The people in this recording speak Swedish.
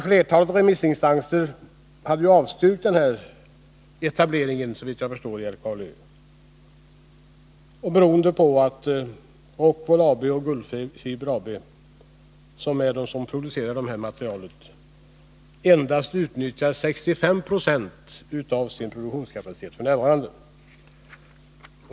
Flertalet remissinstanser hade, såvitt jag förstår, avstyrkt etableringen i Älvkarleö beroende på att Rockwool AB och Gullfiber AB, som producerar detta material, endast utnyttjar 65 96 av sin produktionskapacitet f. n.